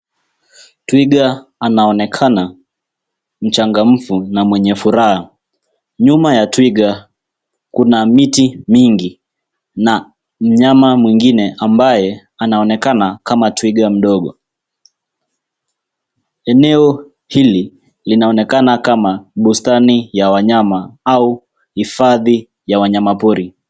Twiga anaonekana mchangamfu na mwenye furaha. Nyuma ya twiga kuna miti mingi na mnyama mwingine ambaye anaonekana kama twiga mdogo. Eneo hili linaonekana kama bustani ya wanyama au hifadhi ya wanyamapori.